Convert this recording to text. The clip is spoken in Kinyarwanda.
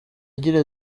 agira